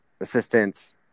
assistants